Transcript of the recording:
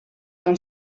dan